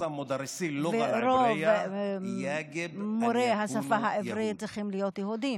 ורוב מורי השפה העברית יהיו יהודים.